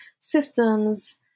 systems